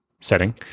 setting